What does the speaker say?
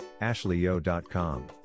ashleyyo.com